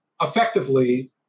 effectively